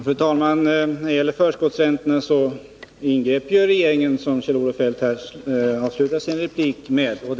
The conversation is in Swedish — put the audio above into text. Fru talman! När det gäller förskottsräntorna ingrep ju regeringen, som Kjell-Olof Feldt avslutningsvis framhöll i sin replik.